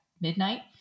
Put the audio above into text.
midnight